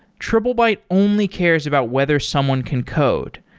triplebyte only cares about whether someone can code.